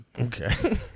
Okay